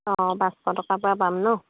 অঁ পাঁচশ টকাৰপৰা পাম ন